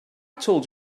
told